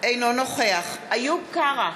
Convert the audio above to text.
אינו נוכח איוב קרא,